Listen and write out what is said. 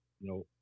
No